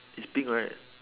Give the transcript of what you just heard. is pink right